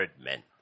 men